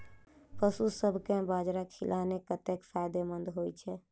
पशुसभ केँ बाजरा खिलानै कतेक फायदेमंद होइ छै?